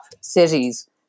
cities